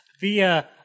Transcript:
via